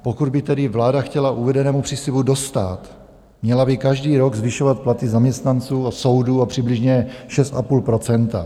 Pokud by tedy vláda chtěla uvedenému příslibu dostát, měla by každý rok zvyšovat platy zaměstnanců u soudů o přibližně 6,5 %.